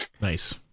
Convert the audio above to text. nice